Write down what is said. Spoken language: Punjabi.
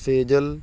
ਸੇਜਲ